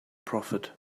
prophet